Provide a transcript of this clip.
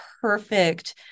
perfect